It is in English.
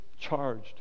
charged